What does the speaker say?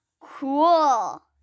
Cool